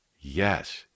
Yes